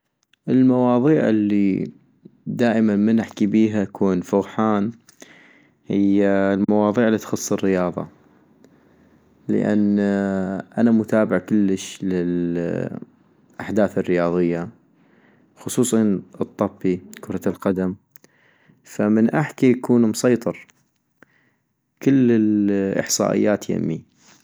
المواضيع الي دائما من احكي بيها أكون فغحان - هي المواضيع الي تخص الرياضة ، لان أنا متابع كلش للاحداث الرياضية ، خصوصاً الطبي كرة القدم ، فمن احكي اكون مسيطر كل الاحصائيات يمي